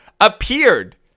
appeared